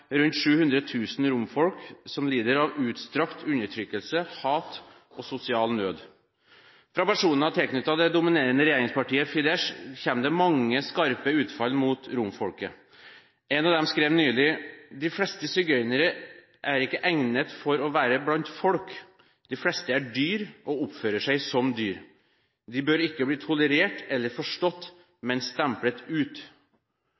rundt 700 000 romfolk som lider under utstrakt undertrykkelse, hat og sosial nød. Fra personer tilknyttet det dominerende regjeringspartiet Fidesz kommer det mange skarpe utfall mot romfolket. En av dem skrev nylig at de fleste sigøynere ikke er egnet til å være blant folk. De fleste er dyr og oppfører seg som dyr. De bør ikke bli tolerert eller forstått, men stemplet ut.